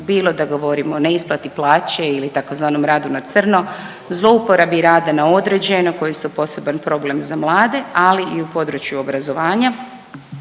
bilo da govorim o neisplati plaće ili tzv. radu na crno, zlouporabi rada na određeno koji je isto poseban problem za mlade, ali i u području obrazovanja,